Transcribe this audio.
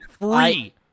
Free